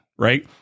right